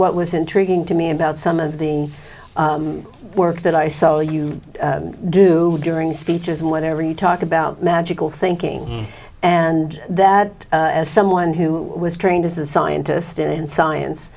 what was intriguing to me about some of the work that i saw you do during speeches and whatever you talk about magical thinking and that as someone who was trained as a scientist in science